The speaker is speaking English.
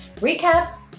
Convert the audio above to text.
recaps